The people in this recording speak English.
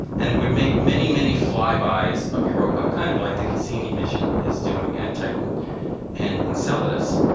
and it would make many, many flybys of europa, kind of like the cassini mission is doing at titan and enceladus.